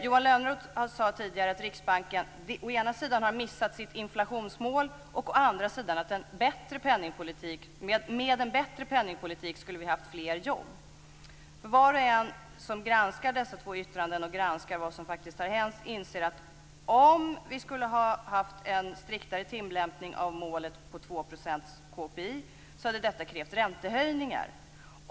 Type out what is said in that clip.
Johan Lönnroth sade tidigare å ena sidan att Riksbanken har missat sitt inflationsmål, och å andra sidan att vi med en bättre penningpolitik hade haft fler jobb. Var och en som granskar dessa två yttranden och vad som faktiskt har hänt inser att om vi hade haft en striktare tillämpning av målet på 2 % ökning av KPI hade det krävt räntehöjningar.